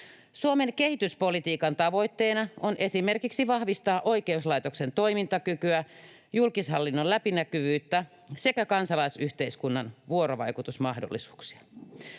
Suomen kehityspolitiikan tavoitteena on esimerkiksi vahvistaa oikeuslaitoksen toimintakykyä, julkishallinnon läpinäkyvyyttä sekä kansalaisyhteiskunnan vuorovaikutusmahdollisuuksia.